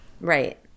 Right